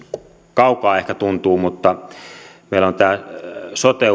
kaukaa ehkä tuntuu siltä mutta meillä on tämä sote